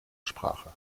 sprache